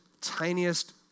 tiniest